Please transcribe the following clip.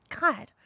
God